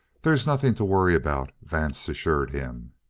there's nothing to worry about, vance assured him.